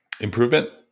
Improvement